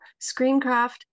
ScreenCraft